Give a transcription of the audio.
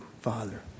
Father